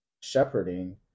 shepherding